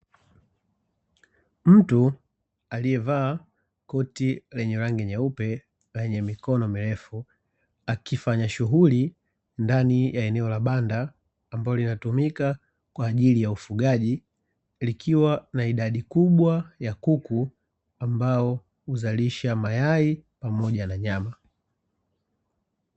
Mtu aliyevaa koti lenye rangi nyeupe lenye mikono mirefu, akifanya shughuli ndani ya eneo la banda, ambalo linatumika kwa ajili ya ufugaji; likiwa na idadi kubwa ya kuku ambao huzalisha mayai pamoja na nyama.